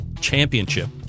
championship